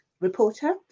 reporter